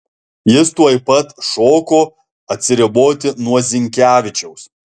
jis tuoj pat šoko atsiriboti nuo zinkevičiaus